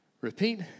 repeat